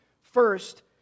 first